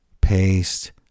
paste